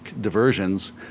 diversions